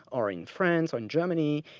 or in france, or in germany.